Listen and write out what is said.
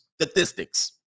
statistics